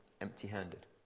empty-handed